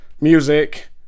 music